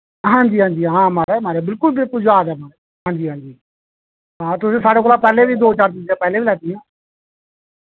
हां जी हां जी हां माराज माराज बिल्कुल बिल्कुल याद ऐ हां जी हां जी हां तुसें साढ़े कोला पैह्ले बी दो चार चीजां पैह्ले बी लैतियां